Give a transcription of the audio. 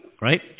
Right